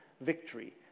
victory